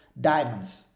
diamonds